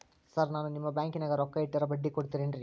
Sir ನಾನು ನಿಮ್ಮ ಬ್ಯಾಂಕನಾಗ ರೊಕ್ಕ ಇಟ್ಟರ ಬಡ್ಡಿ ಕೊಡತೇರೇನ್ರಿ?